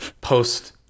post